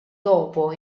dopo